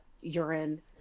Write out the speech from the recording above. urine